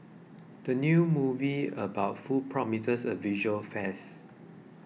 the new movie about food promises a visual feast